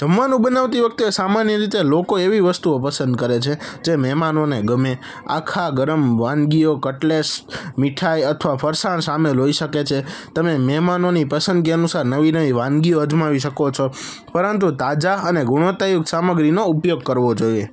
જમવાનું બનાવતી વખતે સામાન્ય રીતે લોકો એવી વસ્તુઓ પસંદ કરે છે જે મહેમાનોને ગમે આખા ગરમ વાનગીઓ કટલેસ મીઠાઈ અથવા ફરસાણ સામે લઈ શકે છે તમે મહેમાનોની પસંદગી અનુસાર નવી નવી વાનગીઓ અજમાવી શકો છો પરંતુ તાજા અને ગુણવત્તાયુક્ત સામગ્રીનો ઉપયોગ કરવો જોઈએ